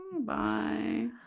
Bye